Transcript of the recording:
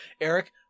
eric